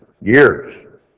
years